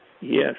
Yes